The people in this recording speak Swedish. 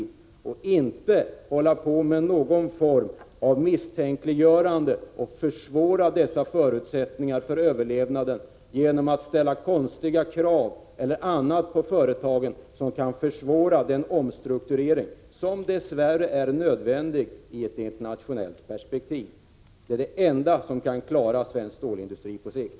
Vi skall inte hålla på med någon form av misstänkliggörande och försvåra dessa förutsättningar för överlevnaden genom att ställa konstiga krav på företaget, krav som kan försvåra den omstrukturering som dess värre är nödvändig i ett internationellt perspektiv. Det är det enda som kan klara svensk stålindustri på sikt.